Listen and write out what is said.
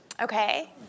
Okay